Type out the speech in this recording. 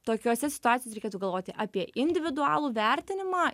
tokiose situacijose reikėtų galvoti apie individualų vertinimą